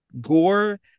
gore